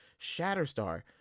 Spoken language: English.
Shatterstar